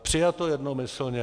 Přijato jednomyslně.